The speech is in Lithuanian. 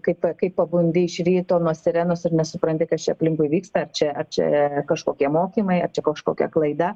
kai p kai pabundi iš ryto nuo sirenos ir nesupranti kas čia aplinkui vyksta ar čia ar čia kažkokie mokymai ar čia kažkokia klaida